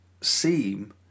seem